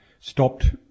stopped